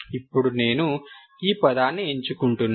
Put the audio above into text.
ఇప్పుడు నేను ఈ పదాన్ని ఎంచుకుంటున్నాను